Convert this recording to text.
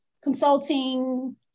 consulting